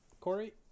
Corey